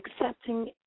accepting